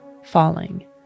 falling